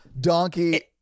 donkey